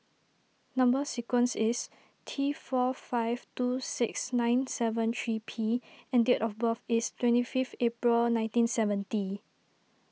Number Sequence is T four five two six nine seven three P and date of birth is twenty fifth April nineteen seventy